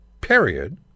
period